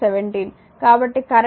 కాబట్టి కరెంట్ ని t 0